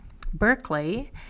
Berkeley